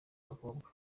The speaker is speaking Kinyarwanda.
bakobwa